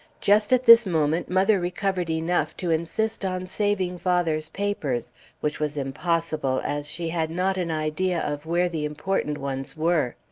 just at this moment mother recovered enough to insist on saving father's papers which was impossible, as she had not an idea of where the important ones were.